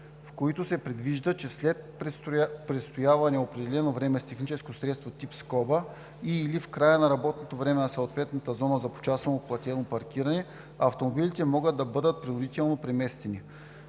в които се предвижда, че след престояване определено време с техническо средство тип „скоба“ и/или в края на работното време на съответната зона за почасово платено паркиране, автомобилите могат да бъдат принудително преместени.